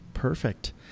Perfect